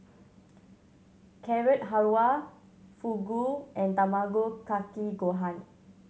Carrot Halwa Fugu and Tamago Kake Gohan